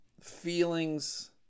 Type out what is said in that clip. feelings